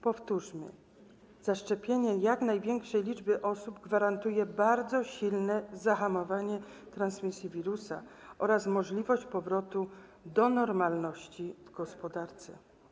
Powtórzmy: zaszczepienie jak największej liczby osób gwarantuje bardzo silne zahamowanie transmisji wirusa oraz możliwość powrotu do normalności w gospodarce.